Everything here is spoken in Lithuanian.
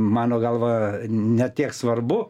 mano galva ne tiek svarbu